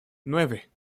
nueve